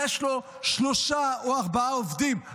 יש לו שלושה או ארבעה עובדים,